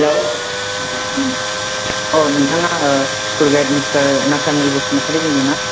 हेल' औ नोथाङा tour guide minister Nathaniel Basumatary बुंदों ना